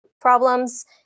problems